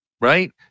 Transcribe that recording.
right